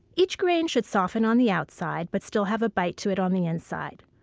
each grain should soften on the outside but still have a bite to it on the inside.